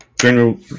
General